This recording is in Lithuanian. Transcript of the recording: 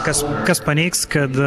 kas kas paneigs kad